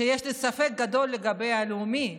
שיש לי ספק גדול לגבי המחנה הלאומי,